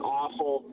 awful